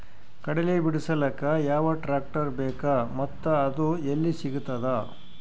ಕಡಲಿ ಬಿಡಿಸಲಕ ಯಾವ ಟ್ರಾಕ್ಟರ್ ಬೇಕ ಮತ್ತ ಅದು ಯಲ್ಲಿ ಸಿಗತದ?